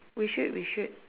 we should we should